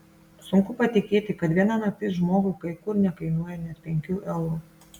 sunku patikėti kad viena naktis žmogui kai kur nekainuoja net penkių eurų